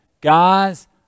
Guys